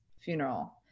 funeral